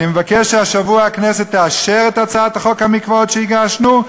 אני מבקש שהשבוע הכנסת תאשר את הצעת חוק המקוואות שהגשנו,